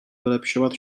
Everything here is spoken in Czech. vylepšovat